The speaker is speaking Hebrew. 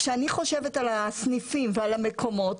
כשאני חושבת על הסניפים ועל המקומות,